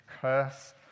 curse